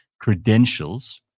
credentials